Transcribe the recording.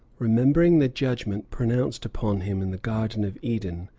remembering the judgment pronounced upon him in the garden of eden,